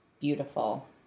beautiful